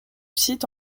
site